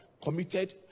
committed